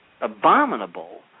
abominable